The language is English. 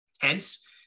tense